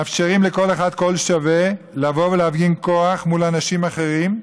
מאפשרים לכל אחד קול שווה לבוא ולהפגין כוח מול אנשים אחרים,